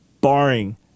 barring